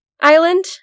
Island